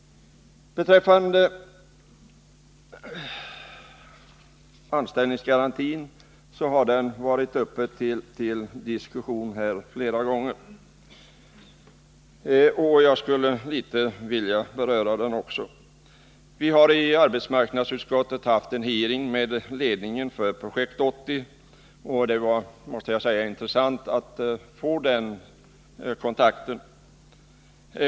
Anställningsgarantin är en fråga som har varit uppe till diskussion flera gånger, och jag skulle också vilja beröra den litet. Vi har i arbetsmarknadsutskottet haft en hearing med ledningen för Projekt 80. Jag måste säga att det var intressant att få den kontakten.